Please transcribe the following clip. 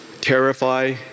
terrify